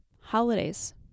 Holidays